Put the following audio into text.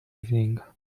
evening